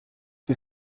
wie